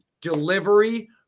delivery